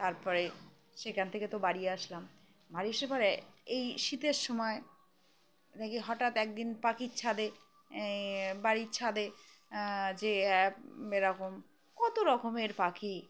তারপরে সেখান থেকে তো বাড়ি আসলাম বাড়ি এসে পরে এই শীতের সময় দেখি হঠাৎ একদিন পাখির ছাদে বাড়ির ছাদে যে এ রকম কত রকমের পাখি